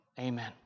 Amen